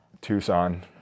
Tucson